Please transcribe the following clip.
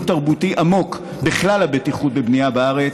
תרבותי עמוק בכלל הבטיחות בבנייה בארץ,